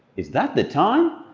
is that the time!